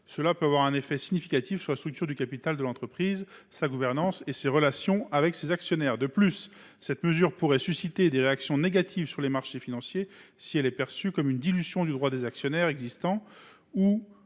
Cela peut avoir un effet significatif sur la structure du capital de l’entreprise, sur sa gouvernance comme sur ses relations avec ses actionnaires. De plus, cette mesure pourrait susciter des réactions négatives sur les marchés financiers si elle était perçue comme une dilution des droits des actionnaires existants ou